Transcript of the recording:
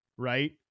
right